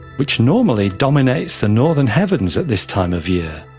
which normally dominates the northern heavens at this time of year.